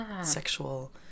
sexual